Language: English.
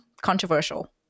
controversial